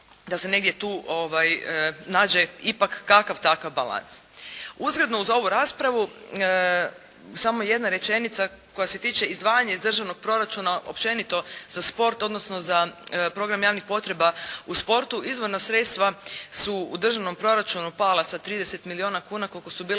da se negdje tu nađe ipak kakav takav balans. …/Govornik se ne razumije./… uz ovu raspravu, samo jedna rečenica koja se tiče izdvajanja iz državnog proračuna općenito za sport, odnosno za program javnih potreba u sportu izvorna sredstva su u državnom proračunu pala sa 30 milijuna kuna koliko su bila